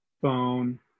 phone